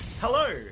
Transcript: Hello